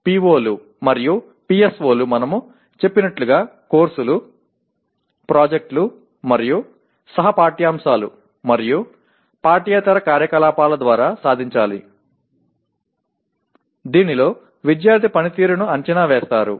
PO లు మరియు PSO లు మనము చెప్పినట్లుగా కోర్సులు ప్రాజెక్టులు మరియు సహ పాఠ్యాంశాలు మరియు పాఠ్యేతర కార్యకలాపాల ద్వారా సాధించాలి దీనిలో విద్యార్థి పనితీరును అంచనా వేస్తారు